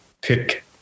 pick